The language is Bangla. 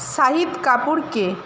শাহিদ কাপুর কে